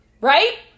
Right